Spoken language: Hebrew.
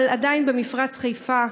אבל עדיין במפרץ חיפה,